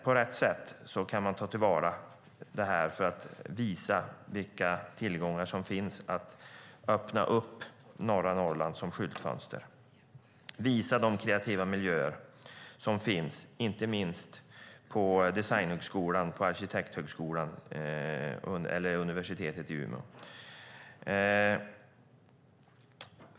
På rätt sätt kan man ta till vara det här för att visa vilka tillgångar som finns, för att öppna norra Norrland som skyltfönster och visa de kreativa miljöer som finns, inte minst på Designhögskolan och på Arkitekthögskolan vid universitetet i Umeå.